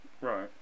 Right